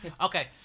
Okay